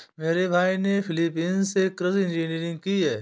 मेरे भाई ने फिलीपींस से कृषि इंजीनियरिंग की है